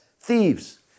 thieves